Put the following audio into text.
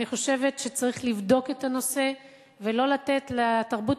אני חושבת שצריך לבדוק את הנושא ולא לתת לתרבות